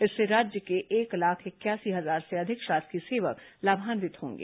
इससे राज्य के एक लाख इकयासी हजार से अधिक शासकीय सेवक लाभान्वित होंगे